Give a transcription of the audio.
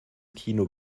kino